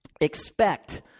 expect